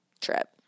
trip